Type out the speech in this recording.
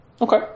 Okay